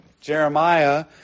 Jeremiah